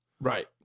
right